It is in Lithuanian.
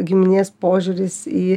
giminės požiūris į